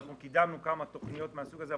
אבל אנחנו קידמנו כמה תכניות מהסוג הזה.